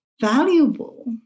valuable